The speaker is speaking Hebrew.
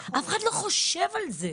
אף אחד לא חושב על זה.